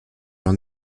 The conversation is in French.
leur